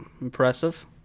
Impressive